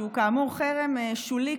שהוא כאמור חרם שולי,